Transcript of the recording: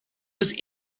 was